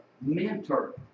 mentor